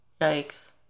Yikes